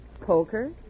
Poker